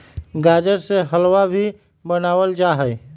गाजर से हलवा भी बनावल जाहई